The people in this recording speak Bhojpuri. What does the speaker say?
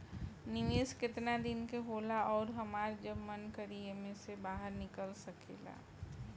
निवेस केतना दिन के होला अउर हमार जब मन करि एमे से बहार निकल सकिला?